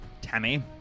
Tammy